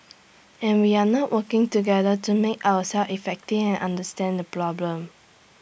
and we are not working together to make ourselves effective and understand the problem